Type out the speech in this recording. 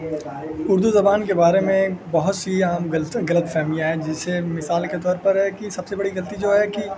اردو زبان کے بارے میں بہت سی عام غلط غلط فہمیاں ہیں جسے مثال کے طور پر ہے کہ سب سے بڑی غلطی جو ہے کہ